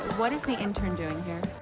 what is the intern doing here?